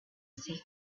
secret